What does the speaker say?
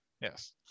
yes